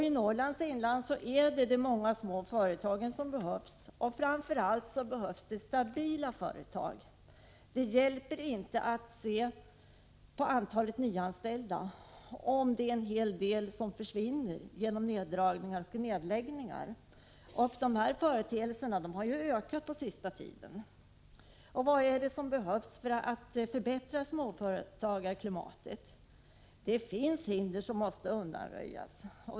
I Norrlands inland är det de många små företagen som behövs, och framför allt behövs det stabila företag. Det hjälper inte att se på antalet nyanställda om det samtidigt är en hel del som försvinner genom neddragningar och nedläggningar. Dessa företeelser har ju ökat på sista tiden. Vad är det som behövs för att förbättra småföretagarklimatet? Det finns hinder som måste undanröjas.